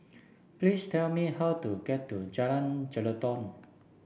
please tell me how to get to Jalan Jelutong